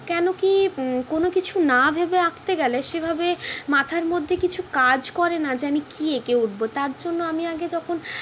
কেন কি কোনও কিছু না ভেবে আঁকতে গেলে সেভাবে মাথার মধ্যে কিছু কাজ করে না যে আমি কি এঁকে উঠবো তার জন্য আমি আগে যখন